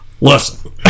listen